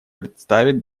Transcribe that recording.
представит